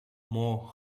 more